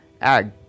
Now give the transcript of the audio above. ag